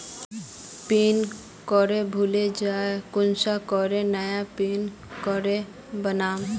Pin code भूले जाले कुंसम करे नया पिन कोड बनाम?